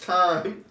time